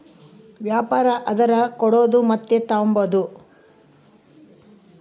ವ್ಯಾಪಾರ ಅಂದರ ಕೊಡೋದು ಮತ್ತೆ ತಾಂಬದು